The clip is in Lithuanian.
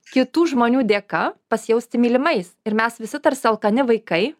kitų žmonių dėka pasijausti mylimais ir mes visi tarsi alkani vaikai